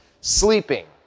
sleeping